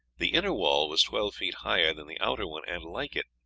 the inner wall was twelve feet higher than the outer one and, like it,